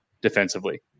defensively